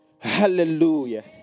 Hallelujah